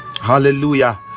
hallelujah